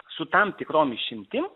su tam tikrom išimtim